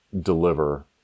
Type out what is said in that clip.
deliver